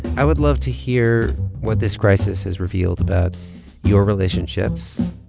i would love to hear what this crisis has revealed about your relationships.